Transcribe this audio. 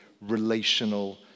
relational